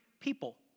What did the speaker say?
people